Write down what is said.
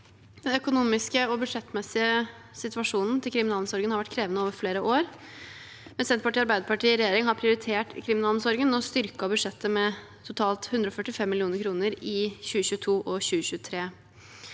Den økonomiske og budsjettmessige situasjonen til kriminalomsorgen har vært krevende over flere år, men Senterpartiet og Arbeiderpartiet i regjering har prioritert kriminalomsorgen og styrket budsjettet med totalt 145 mill. kr i 2022 og 2023.